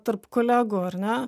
tarp kolegų ar ne